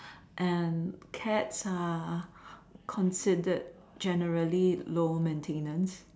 and cats are considered generally low maintenance